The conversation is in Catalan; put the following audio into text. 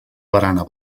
barana